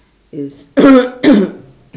is